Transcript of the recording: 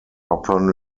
upon